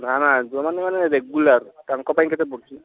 ନା ନା ଯେଉଁ ମାନେ ମାନେ ରେଗୁଲାର୍ ତାଙ୍କ ପାଇଁ କେତେ ପଡ଼ୁଛି